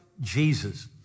Jesus